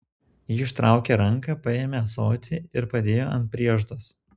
ji ištraukė ranką paėmė ąsotį ir padėjo ant prieždos